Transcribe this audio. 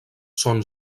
són